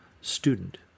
student